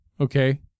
Okay